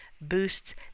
boosts